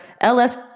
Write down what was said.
LS